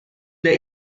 the